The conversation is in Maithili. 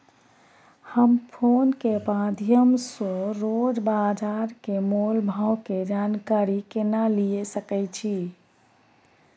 हम फोन के माध्यम सो रोज बाजार के मोल भाव के जानकारी केना लिए सके छी?